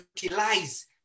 utilize